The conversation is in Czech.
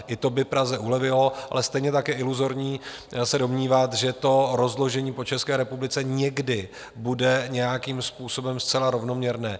I to by Praze ulevilo, ale stejně tak je iluzorní se domnívat, že rozložení po České republice někdy bude nějakým způsobem zcela rovnoměrné.